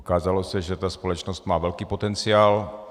Ukázalo se, že ta společnost má velký potenciál.